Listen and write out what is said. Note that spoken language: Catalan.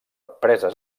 preses